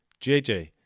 JJ